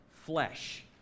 flesh